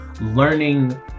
learning